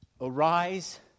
Arise